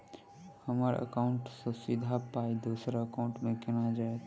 हम्मर एकाउन्ट सँ सीधा पाई दोसर एकाउंट मे केना जेतय?